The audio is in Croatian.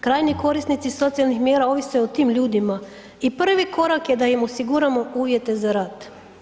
Krajnji korisnici socijalnih mjera ovise o tim ljudima i prvi korak je da im osiguramo uvjete za rad.